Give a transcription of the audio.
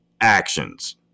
actions